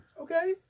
Okay